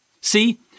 See